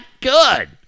good